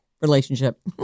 relationship